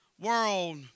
world